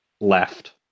left